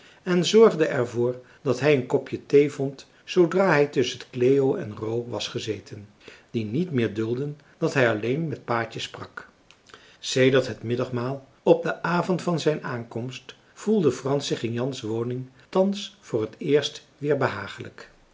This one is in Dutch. en zorgde er voor dat hij een kopje thee vond zoodra hij tusschen cleo en ro was gezeten die niet meer duldden dat hij alleen met paatje sprak sedert het middagmaal op den avond van zijn aankomst voelde frans zich in jans woning thans voor het eerst weer behagelijk